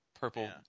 purple